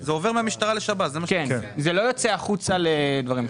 זה עובר מהמשטרה לשירות בתי הסוהר.